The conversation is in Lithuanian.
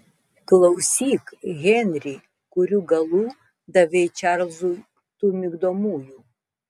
klausyk henri kurių galų davei čarlzui tų migdomųjų